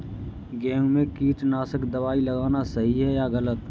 गेहूँ में कीटनाशक दबाई लगाना सही है या गलत?